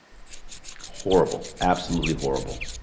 horrible, absolutely horrible.